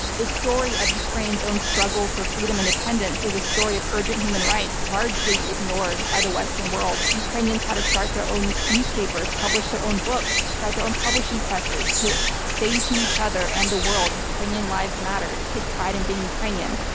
the story of ukraine's own struggle for freedom and independence is a story of urgent human rights largely ignored by the western world. ukrainians had to start their own newspapers, publish their own books, start their own publishing presses to say to each other and the world, ukrainian lives matter. take pride in and being ukrainian.